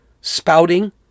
spouting